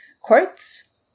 quotes